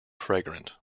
fragrant